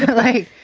like it.